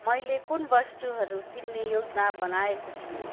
मैले कुन वस्ठुहरू किन्ने योजना बनाएको थिएँ